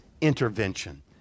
intervention